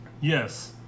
Yes